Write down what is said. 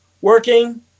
working